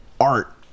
art